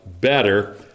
better